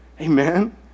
Amen